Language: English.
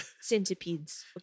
centipedes